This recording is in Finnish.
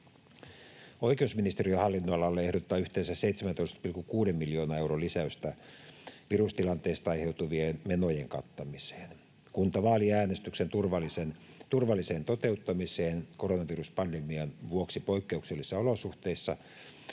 Oikeusministeriön hallinnonalalle ehdotetaan yhteensä 17,6 miljoonan euron lisäystä virustilanteesta aiheutuvien menojen kattamiseen. Kuntavaalien äänestyksen turvalliseen toteuttamiseen koronaviruspandemian vuoksi poikkeuksellisissa olosuhteissa